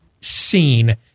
seen